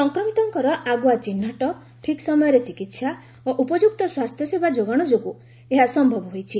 ସଂକ୍ରମିତମାନଙ୍କର ଆଗୁଆ ଚିହ୍ନଟ ଠିକ୍ ସମୟରେ ଚିକିତ୍ସା ଓ ଉପଯୁକ୍ତ ସ୍ୱାସ୍ଥ୍ୟସେବା ଯୋଗାଣ ଯୋଗୁଁ ଏହା ସମ୍ଭବ ହୋଇଛି